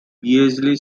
beazley